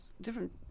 different